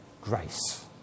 grace